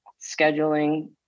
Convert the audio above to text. scheduling